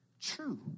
true